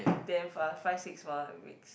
damn far five six more weeks